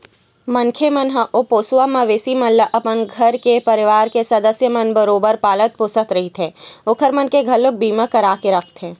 मनखे मन ह ओ पोसवा मवेशी मन ल अपन घर के परवार के सदस्य मन बरोबर पालत पोसत रहिथे ओखर मन के घलोक बीमा करा के रखथे